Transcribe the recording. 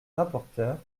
rapporteur